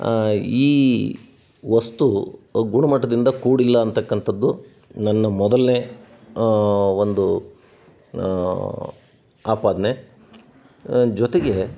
ಈ ವಸ್ತುವು ಗುಣಮಟ್ಟದಿಂದ ಕೂಡಿಲ್ಲ ಅಂತಕ್ಕಂಥದ್ದು ನನ್ನ ಮೊದಲನೇ ಒಂದು ಆಪಾದನೆ ಜೊತೆಗೆ